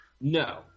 No